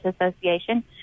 Association